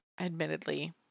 admittedly